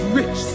rich